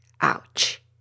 Ouch